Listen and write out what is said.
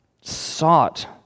sought